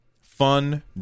fun